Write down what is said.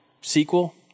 sequel